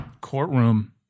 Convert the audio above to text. courtroom